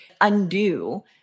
undo